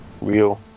Real